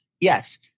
Yes